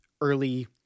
early